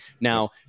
now